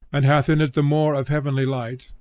and hath in it the more of heavenly light,